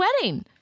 wedding